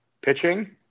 pitching